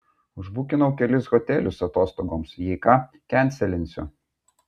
užbukinau kelis hotelius atostogoms jei ką kenselinsiu